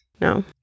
No